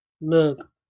look